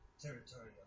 territorial